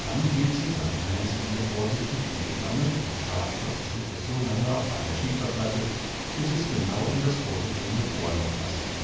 dann hielt sie sein eines ende vorsichtig in die flamme und schabte und schliff es so lange auf einer schieferplatte bis es genau in das vorgesehene bohrloch paßte